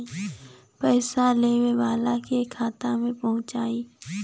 पइसा लेवे वाले के खाता मे पहुँच जाई